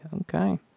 Okay